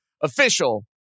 official